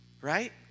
right